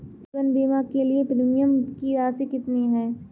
जीवन बीमा के लिए प्रीमियम की राशि कितनी है?